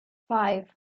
five